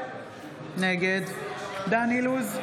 נגד דן אילוז,